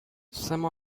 some